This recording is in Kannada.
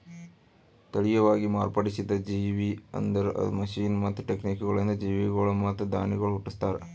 ತಳಿಯವಾಗಿ ಮಾರ್ಪಡಿಸಿದ ಜೇವಿ ಅಂದುರ್ ಮಷೀನ್ ಮತ್ತ ಟೆಕ್ನಿಕಗೊಳಿಂದ್ ಜೀವಿಗೊಳ್ ಮತ್ತ ಧಾನ್ಯಗೊಳ್ ಹುಟ್ಟುಸ್ತಾರ್